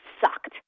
sucked